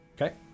Okay